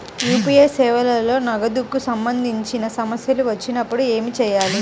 UPI సేవలలో నగదుకు సంబంధించిన సమస్యలు వచ్చినప్పుడు ఏమి చేయాలి?